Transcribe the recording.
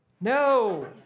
no